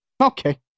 Okay